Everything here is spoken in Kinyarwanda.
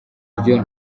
ryo